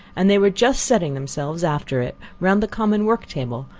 and they were just setting themselves, after it, round the common working table,